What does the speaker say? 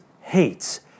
hates